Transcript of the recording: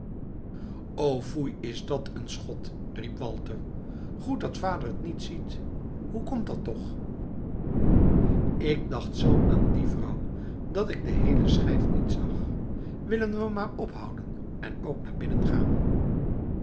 o foei is dat een schot riep walter goed dat vader het niet ziet hoe komt dat toch ik dacht z aan die vrouw dat ik de heele schijf niet zag willen we maar ophouden en ook naar binnen gaan